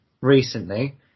recently